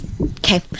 Okay